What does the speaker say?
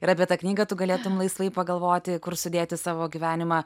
ir apie tą knygą tu galėtum laisvai pagalvoti kur sudėti savo gyvenimą